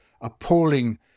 appalling